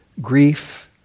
grief